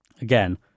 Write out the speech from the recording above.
Again